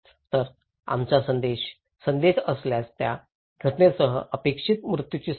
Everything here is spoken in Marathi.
तर आमचा संदेश संदेश असल्यास त्या घटनेसह अपेक्षित मृत्यूची संख्या